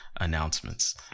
announcements